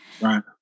Right